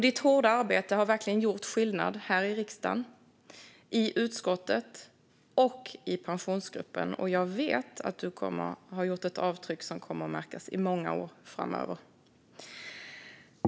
Ditt hårda arbete här i riksdagen, i utskottet och i Pensionsgruppen har verkligen gjort skillnad. Jag vet att du har gjort ett avtryck som kommer att märkas under många år framöver.